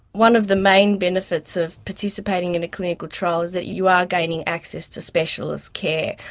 one of the main benefits of participating in a clinical trial is that you are gaining access to specialist care.